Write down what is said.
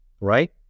right